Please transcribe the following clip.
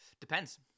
Depends